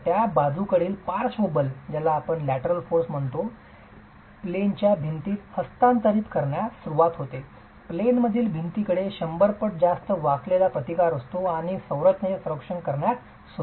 तर त्या बाजूकडील पार्श्व बल प्लेन च्या भिंतीत हस्तांतरित करण्यास सुरवात होते प्लेन मधील भिंतीकडे 100 पट जास्त वाकलेला प्रतिकार असतो आणि संरचनेचे संरक्षण करण्यास सुरवात करते